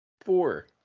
Four